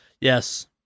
Yes